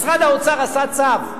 משרד האוצר עשה צו,